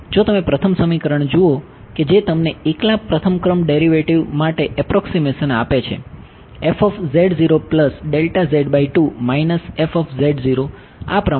જો તમે પ્રથમ સમીકરણ જુઓ કે જે તમને એકલા પ્રથમ ક્રમ ડેરિવેટિવ માટે એપ્રોક્સીમેશન આપે છે આ પ્રમાણે